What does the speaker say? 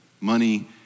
money